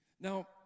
Now